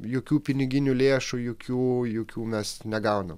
jokių piniginių lėšų jokių jokių mes negaunam